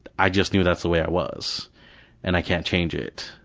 i just knew that's the way it was and i can't change it.